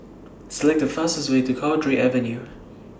Select The fastest Way to Cowdray Avenue